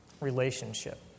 relationship